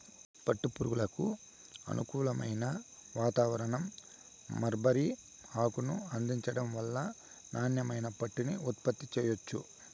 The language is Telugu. పట్టు పురుగులకు అనుకూలమైన వాతావారణం, మల్బరీ ఆకును అందించటం వల్ల నాణ్యమైన పట్టుని ఉత్పత్తి చెయ్యొచ్చు